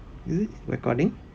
is it recording